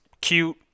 cute